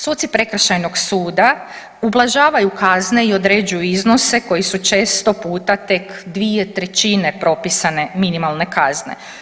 Suci prekršajnog suda ublažavaju kazne i određuju iznose koji su često puta tek 2/3 propisane minimalne kazne.